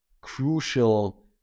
crucial